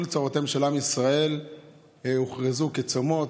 כל צרותיהם של עם ישראל הוכרזו כצומות,